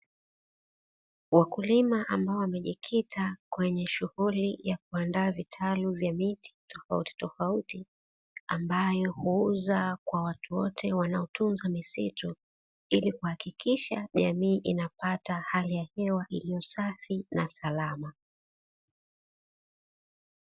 Wakulima ambao wamejikita kwenye shughuli ya kuandaa vitalu vya miti tofautitofauti, ambayo huuza kwa watu wote wanaotunza misitu, ili kuhakikisha jamii inapata hali ya hewa iliyo safi na salama.